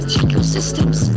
ecosystems